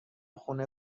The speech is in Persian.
خونه